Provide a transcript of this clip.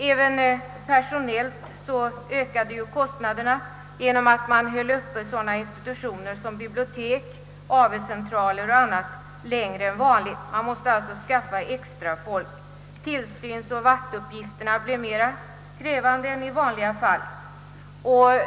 Även personellt ökade kostnaderna genom att sådana institutioner som bibliotek, AV-centraler och annat hölls öppna längre än vanligt. Man måste alltså skaffa extra folk eftersom tillsynsoch vaktuppgifterna blev mera krävande än vanligt.